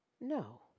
No